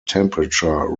temperature